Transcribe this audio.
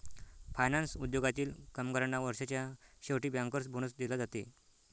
finance उद्योगातील कामगारांना वर्षाच्या शेवटी बँकर्स बोनस दिला जाते